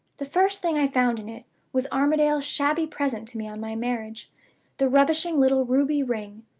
the first thing i found in it was armadale's shabby present to me on my marriage the rubbishing little ruby ring.